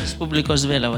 respublikos vėliava